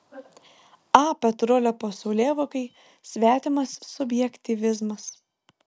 a petrulio pasaulėvokai svetimas subjektyvizmas